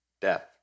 death